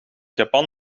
japan